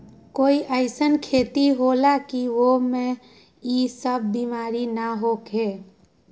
कोई अईसन खेती होला की वो में ई सब बीमारी न होखे?